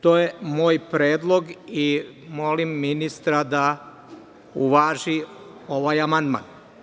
To je moj predlog i molim ministra da uvaži ovaj amandman.